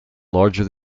larger